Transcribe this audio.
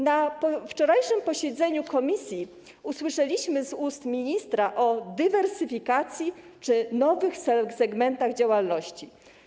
Na wczorajszym posiedzeniu komisji usłyszeliśmy z ust ministra o dywersyfikacji czy nowych segmentach działalności.